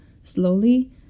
slowly